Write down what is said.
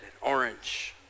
orange